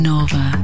Nova